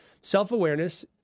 self-awareness